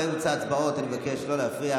התשפ"ב 2022, נתקבלה.